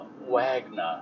Wagner